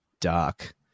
dark